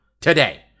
Today